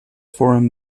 foreign